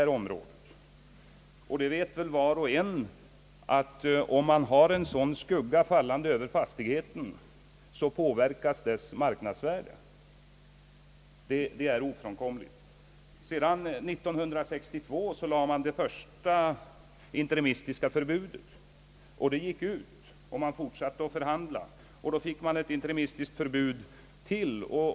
Var och en vet väl att en sådan skugga över en fastighet påverkar dess marknadsvärde. Det är ofränkomligt. År 1962 lades det första interimistiska förbudet, och det gick så småningom ut. Man fortsatte att förhandla, och då fick man ett interimistiskt förbud till.